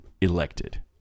elected